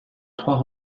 trois